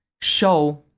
show